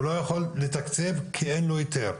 הוא לא יכול לתקצב כי אין לו היתר.